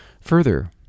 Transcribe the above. Further